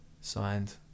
signed